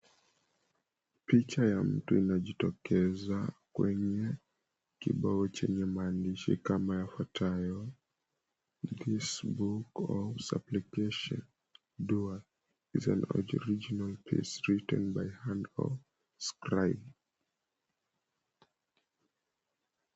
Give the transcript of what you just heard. Picha ya mtu inajitokeza kwenye kibao chenye mahandishi kama yafuatayo, "This Book of Supplication Door is Outright written By Hand Of Scribe."